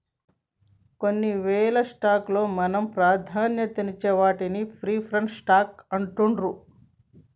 కొన్నివేల స్టాక్స్ లలో మనం ప్రాధాన్యతనిచ్చే వాటిని ప్రిఫర్డ్ స్టాక్స్ అంటుండ్రు